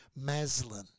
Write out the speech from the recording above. Maslin